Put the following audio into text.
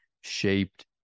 shaped